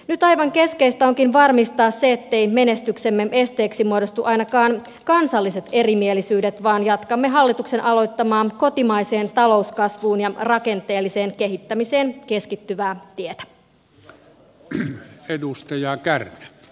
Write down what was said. nyt aivan keskeistä onkin varmistaa se ettei menestyksemme esteeksi muodostu ainakaan kansalliset erimielisyydet vaan jatkamme hallituksen aloittamaa kotimaiseen talouskasvuun ja rakenteelliseen kehittämiseen keskittyvää tietä